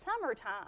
summertime